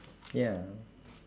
ya